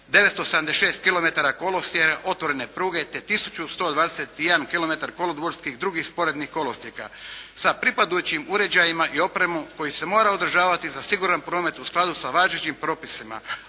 se ne razumije./…, otvorene pruge, te 1121 kilometar kolodvorskih i drugih sporednih kolosijeka sa pripadajućim uređajima i opremom koji se mora održavati za siguran promet u skladu sa važećim propisima.